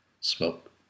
smoke